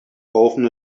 often